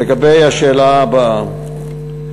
לגבי השאלה הבאה,